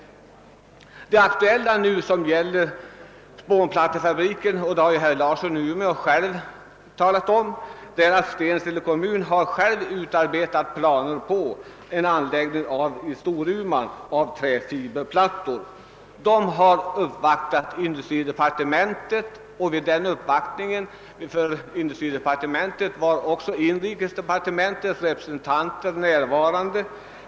I det aktuella fallet med spånplattefabriken har — det talade herr Larsson i Umeå själv om Stensele kommun utarbetat planer på en anläggning i Storuman för fabrikation av träfiberplattor. Kommunen har uppvaktat industridepartementet, och vid den uppvaktningen var också representanter för inrikesdepartementet närvarande.